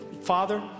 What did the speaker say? Father